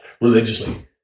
religiously